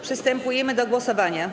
Przystępujemy do głosowania.